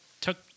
took